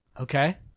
Okay